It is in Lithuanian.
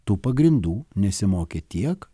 tų pagrindų nesimokė tiek